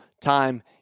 time